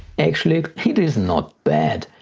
actually it is not bad.